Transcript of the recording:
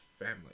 family